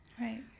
Right